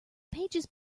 pages